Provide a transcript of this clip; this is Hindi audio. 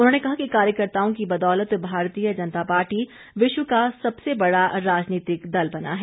उन्होंने कहा कि कार्यकर्ताओं की बदौलत भारतीय जनता पार्टी विश्व का सबसे बड़ा राजनीतिक दल बना है